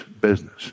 business